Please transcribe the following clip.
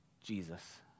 Jesus